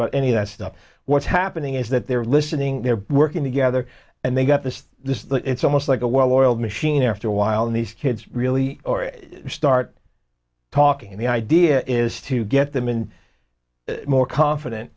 about any of that stuff what's happening is that they're listening they're working together and they've got this it's almost like a well oiled machine after a while and these kids really start talking and the idea is to get them in more confident